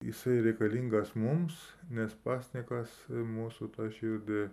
jisai reikalingas mums nes pasninkas mūsų širdį